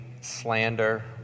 slander